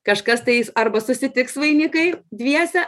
kažkas tais arba susitiks vainikai dviese